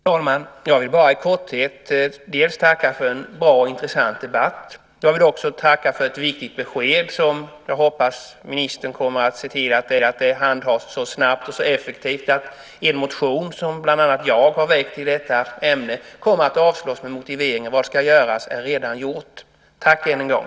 Herr talman! Jag vill bara i korthet tacka för en bra och intressant debatt. Jag vill också tacka för ett viktigt besked. Jag hoppas att statsrådet kommer att se till att det handhas så snabbt och effektivt att en motion som bland annat jag har väckt i detta ämne kommer att avslås med motiveringen att vad som ska göras redan är gjort. Tack än en gång!